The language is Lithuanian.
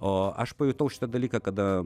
o aš pajutau šitą dalyką kada